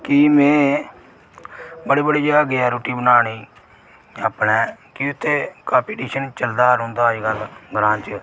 कि में बड़ी बड़ी जगह गेआ रुट्टी बनाने अपने कि उत्थै कम्पीटिशन चलदा गै रौंहदा हा अजकल ग्रां च